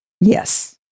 Yes